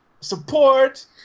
support